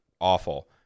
awful